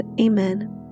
Amen